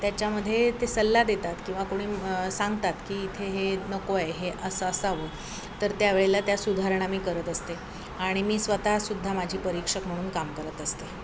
त्याच्यामध्ये ते सल्ला देतात किंवा कोणी सांगतात की इथे हे नको आहे हे असं असावं तर त्या वेळेला त्या सुधारणा मी करत असते आणि मी स्वतःसुद्धा माझी परीक्षक म्हणून काम करत असते